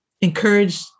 encourage